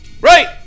right